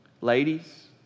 Ladies